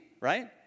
right